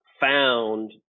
found